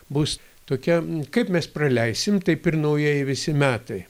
bus tokia kaip mes praleisim taip ir naujieji visi metai